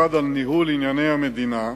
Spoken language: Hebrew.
שמופקד על ניהול ענייני המדינה,